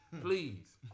Please